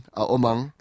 aomang